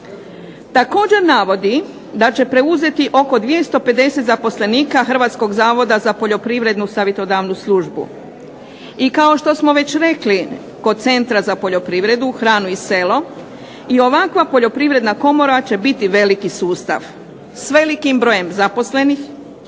Također navodi da će preuzeti oko 250 zaposlenih Hrvatskog zavoda za Poljoprivrednu savjetodavnu službu. I kao što smo već rekli kod Centra za poljoprivredu, hranu i selo i ovakva poljoprivredna komora će biti veliki sustav s velikim brojem zaposlenih